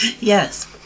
Yes